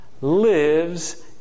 lives